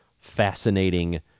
fascinating